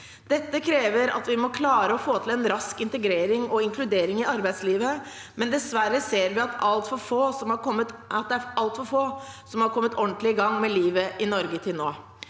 Dette krever at vi må klare å få til en rask integrering og inkludering i arbeidslivet, men dessverre ser vi at altfor få har kommet ordentlig i gang med livet i Norge til nå.